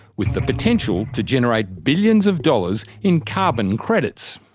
with the potential to generate billions of dollars in carbon credits?